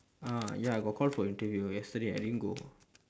ah ya I got call for interview yesterday I didn't go